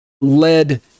led